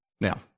Now